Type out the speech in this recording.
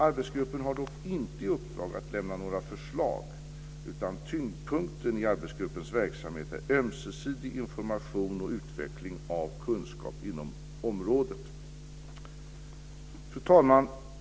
Arbetsgruppen har dock inte i uppdrag att lämna några förslag utan tyngdpunkten i arbetsgruppens verksamhet är ömsesidig information och utveckling av kunskap inom området Fru talman!